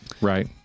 right